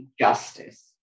justice